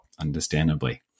understandably